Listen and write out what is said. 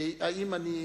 אם אני שותק.